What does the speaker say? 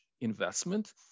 investment